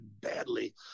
badly